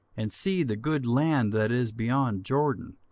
and see the good land that is beyond jordan,